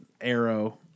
Arrow